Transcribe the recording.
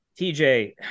TJ